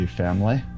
family